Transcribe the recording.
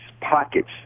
pockets